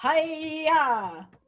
Hiya